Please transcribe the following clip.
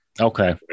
Okay